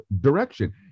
direction